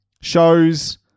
Shows